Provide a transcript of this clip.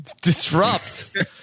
disrupt